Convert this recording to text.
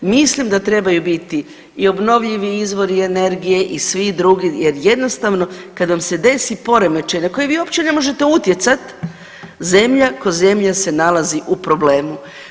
Mislim da trebaju biti i obnovljivi izbori energije i svi drugi, jer jednostavno kad vam se desi poremećaj na koji vi uopće ne možete utjecati, zemlja ko zemlja se nalazi u problemu.